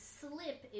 slip